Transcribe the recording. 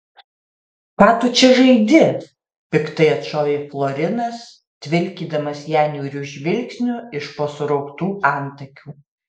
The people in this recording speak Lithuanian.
ką tu čia žaidi piktai atšovė florinas tvilkydamas ją niūriu žvilgsniu iš po surauktų antakių